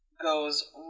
goes